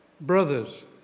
Brothers